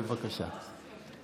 בבקשה.